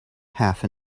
half